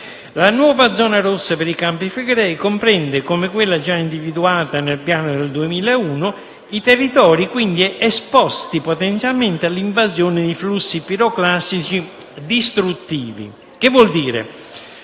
La nuova zona rossa per i Campi Flegrei comprende, come quella già individuata nel piano del 2001, i territori esposti potenzialmente all'invasione dei flussi piroclastici distruttivi. Che vuol dire?